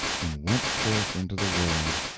and went forth into the world.